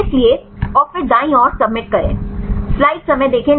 इसलिए और फिर दाईं ओर सबमिट करें